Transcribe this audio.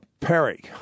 perry